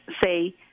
say –